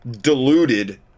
deluded